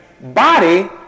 body